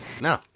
no